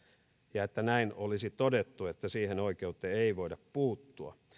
ja että näin olisi todettu että siihen oikeuteen ei voida puuttua